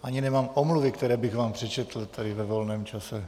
Ani nemám omluvy, které bych vám přečetl tady ve volném čase...